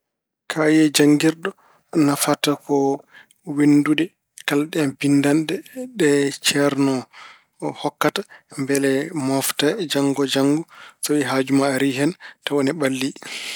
Kaye janngirɗo nafata ko winndude kala ɗeen binndanɗe ɗe ceerno hokkata mbele moofte. Janngo e janngo so tawi haaju ma ari hen, tawa en ɓalli.